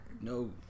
No